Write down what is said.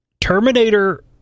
Terminator